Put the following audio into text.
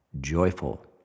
joyful